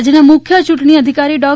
રાજ્યના મુખ્ય યૂંટણી અધિકારી ડૉ